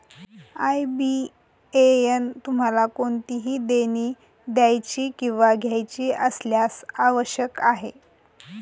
IBAN तुम्हाला कोणतेही देणी द्यायची किंवा घ्यायची असल्यास आवश्यक आहे